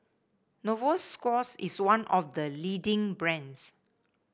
Novosource is one of the leading brands